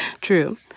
True